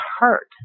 hurt